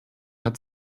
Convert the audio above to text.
hat